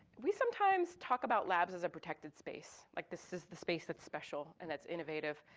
we sometimes talk about labs as a protected space. like, this is the space that's special and that's innovative.